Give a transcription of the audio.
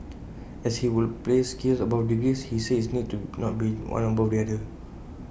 asked if he would place skills above degrees he says IT need not be one above the other